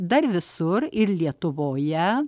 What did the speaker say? dar visur ir lietuvoje